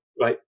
Right